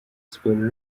siporo